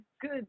good